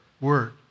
word